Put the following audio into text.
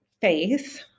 faith